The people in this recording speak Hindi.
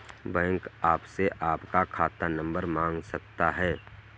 बैंक आपसे आपका खाता नंबर मांग सकता है